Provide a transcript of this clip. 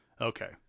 okay